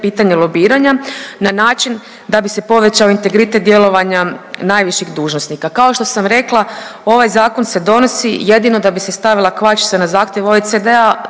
pitanje lobiranja na način da bi se povećao integritet djelovanja najviših dužnosnika. Kao što sam rekla ovaj zakon se donosi jedino da bi se stavila kvačica na zahtjev OECD-a,